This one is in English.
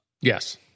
Yes